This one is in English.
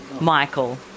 Michael